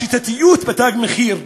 השיטתיות ב"תג מחיר,"